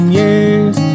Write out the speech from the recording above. years